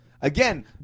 again